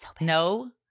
No